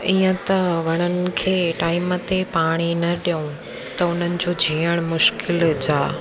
ईअं त वणनि खे टाइम ते पाणी न ॾियूं त उन्हनि जो जीअणु मुश्किल जा